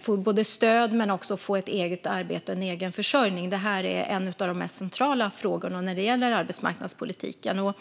få stöd, ett eget arbete och en egen försörjning. Det är en av de mest centrala frågorna när det gäller arbetsmarknadspolitiken.